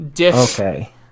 Okay